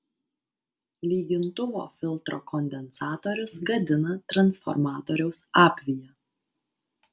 lygintuvo filtro kondensatorius gadina transformatoriaus apviją